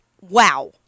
wow